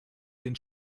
den